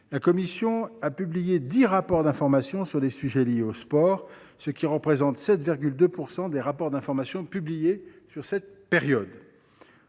la commission a publié dix rapports d’information sur des sujets liés au sport, ce qui représente 7,2 % des rapports d’information publiés sur cette période.